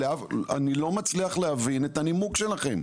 אני לא מצליח להבין את הנימוק שלכם.